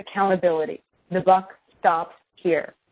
accountability the buck stops here.